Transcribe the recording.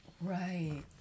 Right